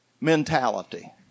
mentality